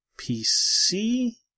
PC